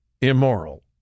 immoral